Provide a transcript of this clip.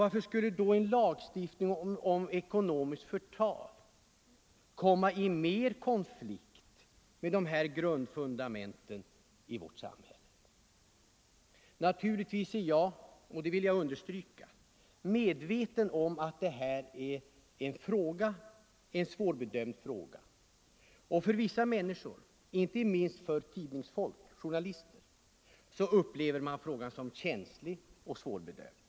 Varför skulle då en lagstiftning om ekonomiskt förtal komma i större konflikt med de här fundamenten i vårt samhälle? Naturligtvis är jag — det vill jag understryka - medveten om att det här är en svårbedömd fråga. Inte minst tidningsfolk, journalister, upplever frågan som känslig och svårbedömd.